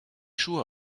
schuhe